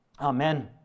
Amen